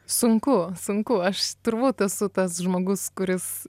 sunku sunku aš turbūt esu tas žmogus kuris